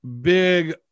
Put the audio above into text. big